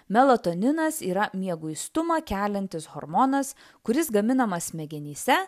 melatoninas yra mieguistumą keliantis hormonas kuris gaminamas smegenyse